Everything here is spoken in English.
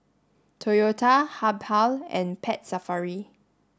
Toyota Habhal and Pet Safari